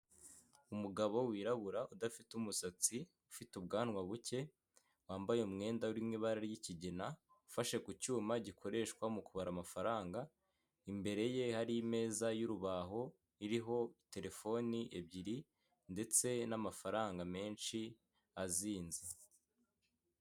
Umugabo wirabura udafite umusatsi ufite ubwanwa buke wambaye umwenda uririmo ibara ry'ikigina ufashe ku cyuma gikoreshwa mu kubara amafaranga imbere ye hari meza y'urubaho iriho telefoni ebyiri ndetse n'amafaranga menshi azinze.